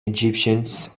egyptians